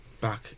back